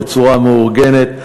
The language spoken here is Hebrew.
בצורה מאורגנת,